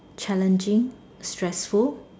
challenging stressful